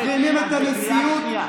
היועץ המשפטי שמינה,